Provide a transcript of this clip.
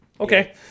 Okay